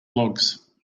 logs